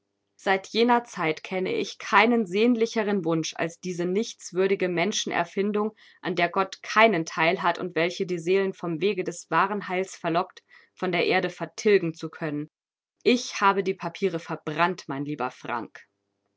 seit jener zeit kenne ich keinen sehnlicheren wunsch als diese nichtswürdige menschenerfindung an der gott keinen teil hat und welche die seelen vom wege des wahren heils verlockt von der erde vertilgen zu können ich habe die papiere verbrannt mein lieber frank